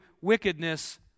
wickedness